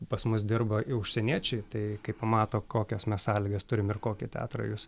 pas mus dirba užsieniečiai tai kai pamato kokias mes sąlygas turim ir kokį teatrą jūs